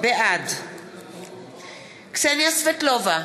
בעד בנימין נתניהו, נגד קסניה סבטלובה,